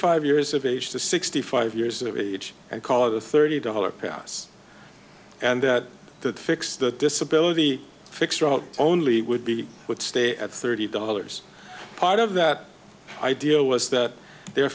five years of age to sixty five years of age and call it a thirty dollars pass and to fix that disability fixed only would be would stay at thirty dollars part of that idea was that they